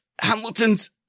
Hamilton's